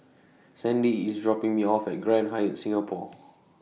Sandie IS dropping Me off At Grand Hyatt Singapore